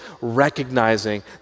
recognizing